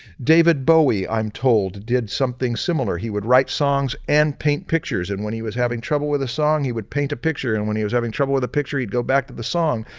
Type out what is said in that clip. david bowie i'm told did something similar he would write songs and paint pictures and when he was having trouble with a song, he would paint a picture and when he was having trouble with a picture, he'd go back to the song.